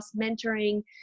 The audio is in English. mentoring